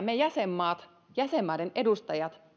me jäsenmaat jäsenmaiden edustajat